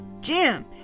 Jim